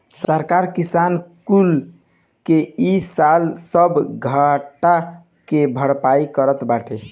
सरकार किसान कुल के इ साल सब घाटा के भरपाई करत बाटे